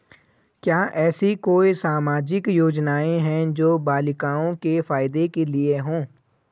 क्या ऐसी कोई सामाजिक योजनाएँ हैं जो बालिकाओं के फ़ायदे के लिए हों?